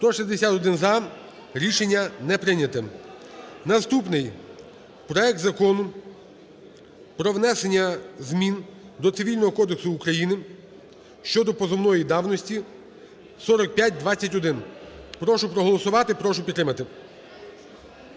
За-161 Рішення не прийнято. Наступний проект Закону про внесення змін до Цивільного кодексу України (щодо позовної давності) (4521). Прошу проголосувати. Прошу підтримати,